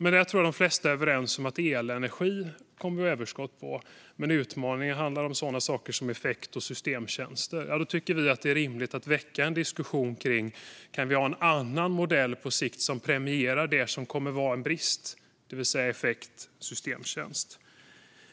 Jag tror dock att de flesta är överens om att vi kommer att ha överskott på elenergi och att utmaningen handlar om effekt och systemtjänster. Då tycker vi att det är rimligt att väcka en diskussion om man på sikt kan ha en annan modell, en modell som premierar det som kommer att vara en brist, det vill säga effekt och systemtjänst.